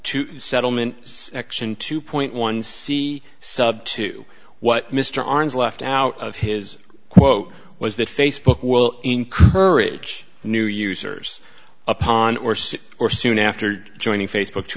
to settlement section two point one c sub two what mr arens left out of his quote was that facebook will encourage new users upon or sick or soon after joining facebook to